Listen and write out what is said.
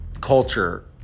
culture